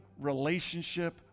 relationship